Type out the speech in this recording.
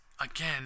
again